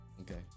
Okay